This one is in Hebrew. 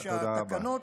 תודה רבה.